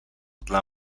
dla